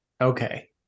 Okay